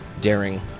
daring